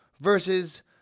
versus